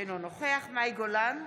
אינו נוכח מאי גולן,